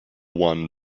one